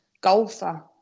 golfer